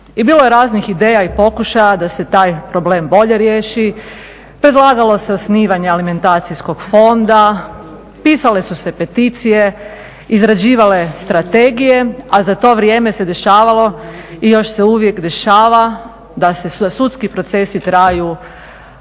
I bilo je raznih ideja i pokušaja da se taj problem bolje riješi, predlagalo se osnivanje alimentacijskog fonda, pisale su se peticije, izrađivale strategije a za to vrijeme se dešavalo i još se uvijek dešava da sudski procesi traju